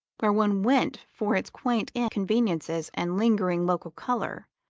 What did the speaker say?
where one went for its quaint inconveniences and lingering local colour.